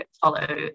follow